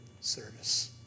service